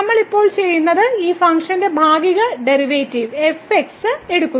നമ്മൾ ഇപ്പോൾ ചെയ്യുന്നത് ഈ ഫംഗ്ഷന്റെ ഭാഗിക ഡെറിവേറ്റീവുകളാണ് fx എടുക്കുന്നത്